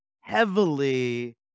heavily